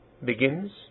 Begins